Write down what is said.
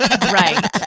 right